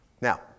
Now